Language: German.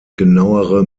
genauere